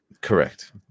correct